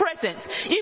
presence